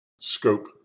scope